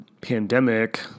pandemic